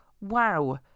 wow